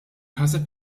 ħaseb